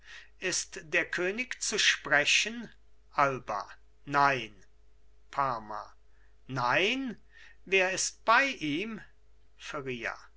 ist der könig zu sprechen alba nein parma nein wer ist bei ihm